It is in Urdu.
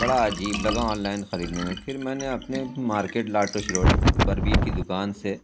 بڑا عجیب لگا آن لائن خریدنے میں پھر میں نے اپنے مارکیٹ لاٹوش روڈ بربیر کی دکان سے